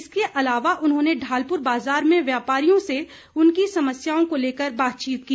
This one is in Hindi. इसके अलावा उन्होंने ढालपुर बाजार में व्यापारियों से उनकी समस्याओं को लेकर बातचीत की